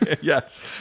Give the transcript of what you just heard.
yes